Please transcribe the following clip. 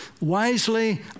wisely